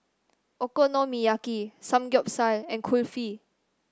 Okonomiyaki Samgeyopsal and Kulfi